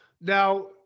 Now